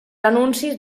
anuncis